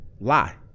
lie